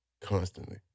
constantly